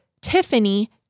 Tiffany